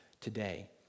today